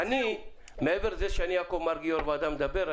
מעבר לכך שאני יושב-ראש ועדה ומדבר,